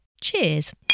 Cheers